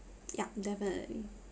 ya definitely